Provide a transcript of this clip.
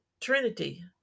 trinity